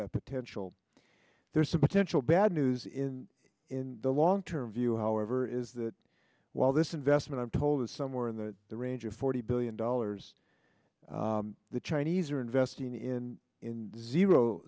the potential there's some potential bad news in in the long term view however is that while this investment i'm told is somewhere in the the range of forty billion dollars the chinese are investing in in zero